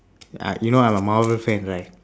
uh you know i'm a Marvel fan right